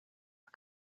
are